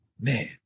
man